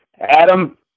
Adam